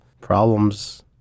problems